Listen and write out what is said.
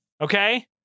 Okay